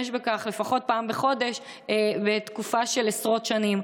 בכך לפחות פעם בחודש לתקופה של עשרות שנים.